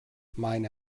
meine